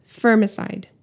Firmicide